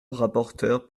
rapporteur